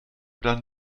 dann